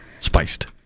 Spiced